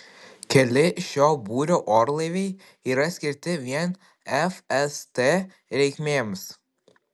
keli šio būrio orlaiviai yra skirti vien fst reikmėms